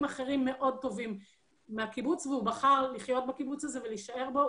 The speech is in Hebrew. אחרים מאוד טובים מהקיבוץ והוא בחר לחיות בקיבוץ הזה ולהישאר בו.